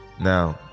Now